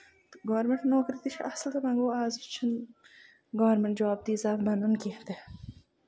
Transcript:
تہٕ گورمینٹ نوکری تہِ چھےٚ اَصٕل تہٕ ووٚں گوو آز چھُنہٕ گورمینٹ جاب بَنان تِژھ کیٚنہہ تہِ نہٕ